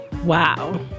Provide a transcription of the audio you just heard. Wow